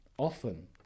often